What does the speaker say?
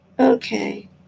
Okay